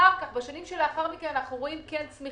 אחר כך, בשנים שלאחר מכן, אנחנו רואים צמיחה.